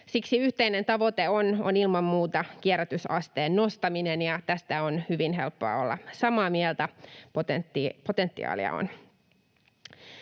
Siksi yhteinen tavoite on ilman muuta kierrätysasteen nostaminen, ja tästä on hyvin helppoa olla samaa mieltä. Potentiaalia on.